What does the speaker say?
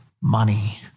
money